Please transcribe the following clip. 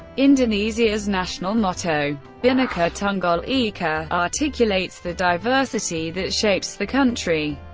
indonesia's national motto, bhinneka tunggal ika, articulates the diversity that shapes the country.